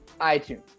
iTunes